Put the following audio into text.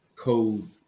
code